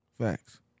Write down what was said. Facts